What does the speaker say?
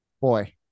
Boy